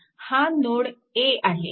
हा node A आहे